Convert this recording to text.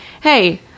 hey